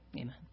Amen